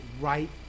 right